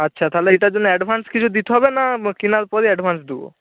আচ্ছা তাহলে এটার জন্য অ্যাডভান্স কিছু দিতে হবে না কেনার পরই অ্যাডভান্স দিবো